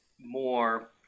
more